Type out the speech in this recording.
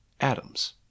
Atoms